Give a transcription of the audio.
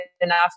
enough